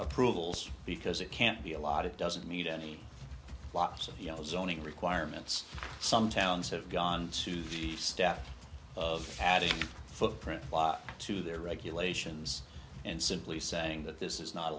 approvals because it can't be a lot it doesn't need any lots of yellow zoning requirements some towns have gone suvi staff of adding footprint to their regulations and simply saying that this is not a